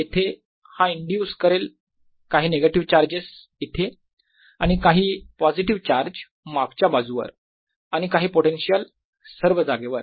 इथे हा इंड्यूस करेल काही निगेटिव्ह चार्जेस इथे आणि काही पॉझिटिव्ह चार्ज मागच्या बाजूवर आणि काही पोटेन्शियल सर्व जागेवर